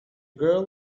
girl